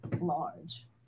large